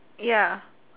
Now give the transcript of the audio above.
ya